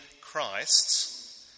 Christ